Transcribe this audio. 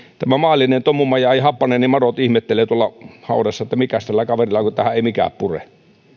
tämä maallinen tomumaja happane ja madot ihmettelevät tuolla haudassa että mikäs tällä kaverilla on kun tähän ei mikään pure